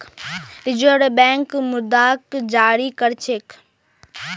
reserve Bank मुद्राक जारी कर छेक